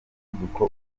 umuvuduko